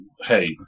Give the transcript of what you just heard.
Hey